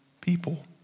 people